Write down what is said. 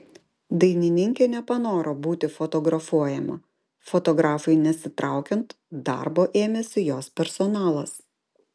dainininkė nepanoro būti fotografuojama fotografui nesitraukiant darbo ėmėsi jos personalas